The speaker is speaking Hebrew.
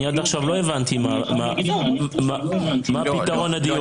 אני עד עכשיו לא הבנתי מה פתרון הדיור.